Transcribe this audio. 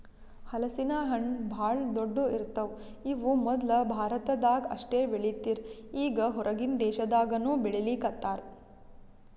ಹಲಸಿನ ಹಣ್ಣ್ ಭಾಳ್ ದೊಡ್ಡು ಇರ್ತವ್ ಇವ್ ಮೊದ್ಲ ಭಾರತದಾಗ್ ಅಷ್ಟೇ ಬೆಳೀತಿರ್ ಈಗ್ ಹೊರಗಿನ್ ದೇಶದಾಗನೂ ಬೆಳೀಲಿಕತ್ತಾರ್